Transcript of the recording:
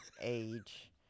age